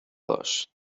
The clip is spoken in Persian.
باش